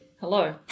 Hello